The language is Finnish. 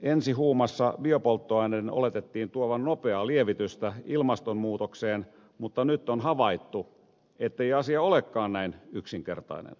ensi huumassa biopolttoaineiden oletettiin tuovan nopeaa lievitystä ilmastonmuutokseen mutta nyt on havaittu ettei asia olekaan näin yksinkertainen